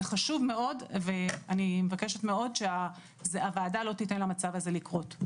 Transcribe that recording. זה חשוב מאוד ואני מבקשת מאוד שהוועדה לא תיתן למצב הזה לקרות.